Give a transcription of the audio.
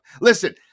Listen